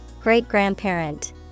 Great-grandparent